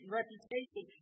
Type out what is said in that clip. reputation